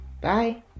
Bye